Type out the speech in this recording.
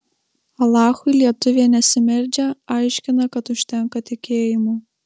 alachui lietuvė nesimeldžia aiškina kad užtenka tikėjimo